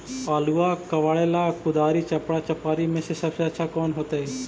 आलुआ कबारेला कुदारी, चपरा, चपारी में से सबसे अच्छा कौन होतई?